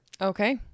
Okay